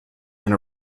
and